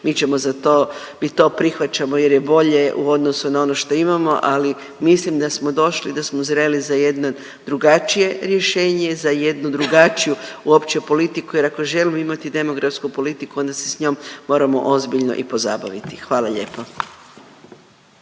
mi to prihvaćamo jer je bolje u odnosu na ono što imamo, ali mislim da smo došli, da smo zreli za jedno drugačije rješenje, za jednu drugačiju uopće politiku jer ako želimo imati demografsku politiku onda se s njom moramo ozbiljno i pozabaviti, hvala lijepo.